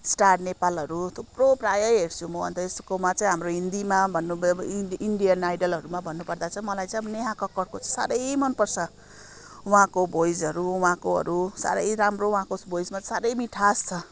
star नेपालहरू थुप्रो प्रायः हेर्छु म अन्त यसकोमा चाहिँ हाम्रो हिन्दीमा भन्नुभयो अब इ इन्डियन आइडलहरूमा भन्नुपर्दा चाहिँ मलाई चाहिँ अब नेहा कक्करको साह्रै मन पर्छ उहाँको भोइसहरू उहाँकोहरू साह्रै राम्रो उहाँको भोइसमा साह्रै मिठास छ